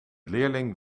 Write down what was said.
leerling